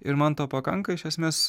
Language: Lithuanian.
ir man to pakanka iš esmės